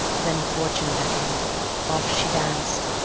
then fortune beckoned off she danced,